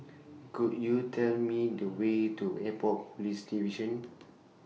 Could YOU Tell Me The Way to Airport Police Division